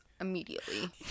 immediately